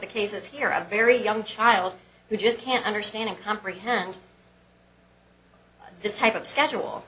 the cases here are a very young child who just can't understand and comprehend this type of schedule